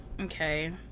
Okay